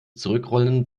zurückrollen